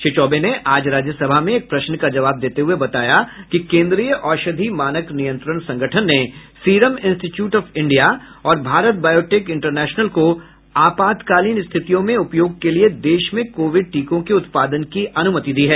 श्री चौबे ने आज राज्यसभा में एक प्रश्न का जवाब देते हुए बताया कि केंद्रीय औषधि मानक नियंत्रण संगठन ने सीरम इंस्टीट्यूट ऑफ इंडिया और भारत बायोटेक इंटरनेशनल को आपातकालीन स्थितियों में उपयोग के लिए देश में कोविड टीकों के उत्पादन की अनुमति दी है